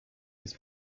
his